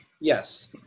Yes